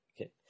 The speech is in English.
Okay